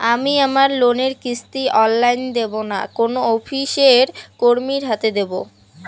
আমি আমার লোনের কিস্তি অনলাইন দেবো না কোনো অফিসের কর্মীর হাতে দেবো?